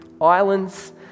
Islands